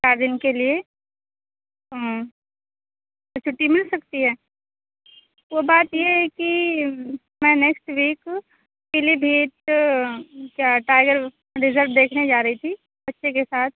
seven کے لیے تو چُھٹّی مل سکتی ہے وہ بات یہ ہے کہ میں next week Pilibhit tiger reserve دیکھنے جا رہی تھی بچے کے ساتھ